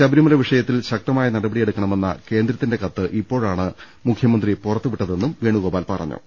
ശബരിമല വിഷയത്തിൽ ശക്ത മായ നടപടിയെടുക്കണമെന്ന കേന്ദ്രത്തിന്റെ കത്ത് ഇപ്പോഴാണ് മുഖ്യമന്ത്രി പുറത്തുവിട്ടതെന്നും വേണുഗോപാൽ പറഞ്ഞു